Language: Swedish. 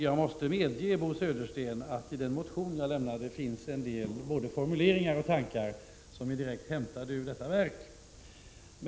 Jag måste medge, Bo Södersten, att i den motion jag väckt finns både en del formuleringar och en del tankar som är direkt hämtade ur detta verk.